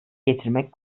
getirmek